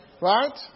Right